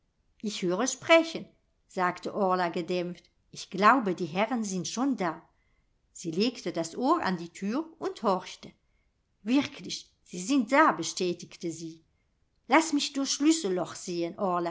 ich höre sprechen sagte orla gedämpft ich glaube die herren sind schon da sie legte das ohr an die thür und horchte wirklich sie sind da bestätigte sie lass mich durchs schlüsselloch sehen